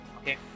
okay